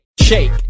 Shake